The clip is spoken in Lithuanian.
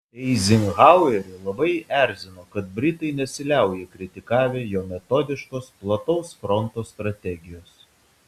eizenhauerį labai erzino kad britai nesiliauja kritikavę jo metodiškos plataus fronto strategijos